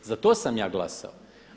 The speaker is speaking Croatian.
Za to sam ja glasao.